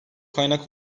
kaynak